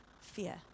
fear